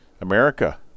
America